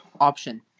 option